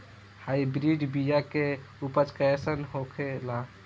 Hybrid बीया के उपज कैसन होखे ला?